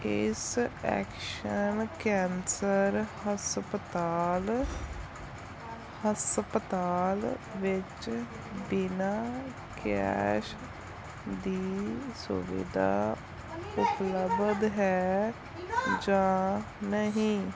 ਇਸ action cancer ਹਸਪਤਾਲ ਹਸਪਤਾਲ ਵਿੱਚ ਬਿਨਾ ਕੈਸ਼ ਦੀ ਸੁਵਿਧਾ ਉਪਲਬਧ ਹੈ ਜਾਂ ਨਹੀਂ